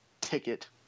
ticket